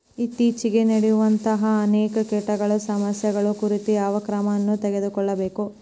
ಇತ್ತೇಚಿಗೆ ನಡೆಯುವಂತಹ ಅನೇಕ ಕೇಟಗಳ ಸಮಸ್ಯೆಗಳ ಕುರಿತು ಯಾವ ಕ್ರಮಗಳನ್ನು ಕೈಗೊಳ್ಳಬೇಕು?